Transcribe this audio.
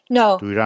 no